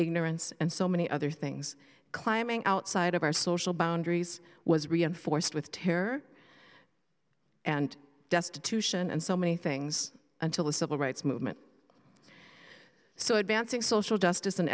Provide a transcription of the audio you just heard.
ignorance and so many other things climbing outside of our social boundaries was reinforced with terror and destitution and so many things until the civil rights movement so advancing social justice and